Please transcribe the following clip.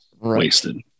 wasted